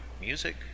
Music